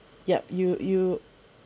yup you you